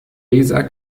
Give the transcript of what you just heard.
laser